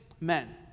men